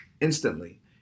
instantly